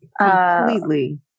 Completely